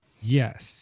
Yes